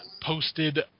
posted